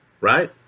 right